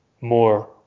more